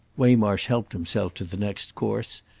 waymarsh helped himself to the next course,